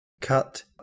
cut